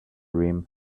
rim